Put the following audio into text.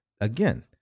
again